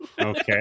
Okay